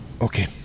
Okay